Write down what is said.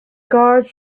guards